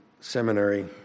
seminary